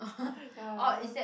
ya